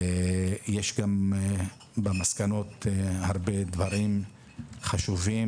יש גם במסקנות הרבה דברים חשובים,